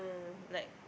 like